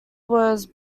was